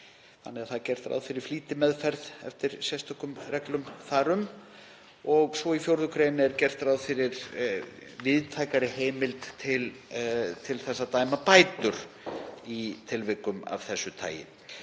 Það er gert ráð fyrir flýtimeðferð eftir sérstökum reglum þar um. Og svo í 4. gr. er gert ráð fyrir víðtækari heimild til að dæma bætur í tilvikum af þessu tagi.